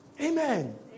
Amen